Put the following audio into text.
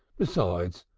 besides,